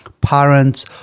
parents